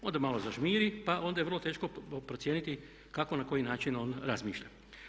Onda malo zažmiri, pa onda je vrlo teško procijeniti kako i na koji način on razmišlja.